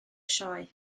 sioe